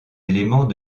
éléments